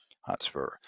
Hotspur